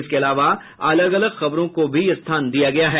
इसके अलावा अलग अलग खबरों को भी स्थान दिया गया है